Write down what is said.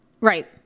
Right